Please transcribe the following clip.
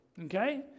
Okay